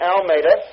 Almeida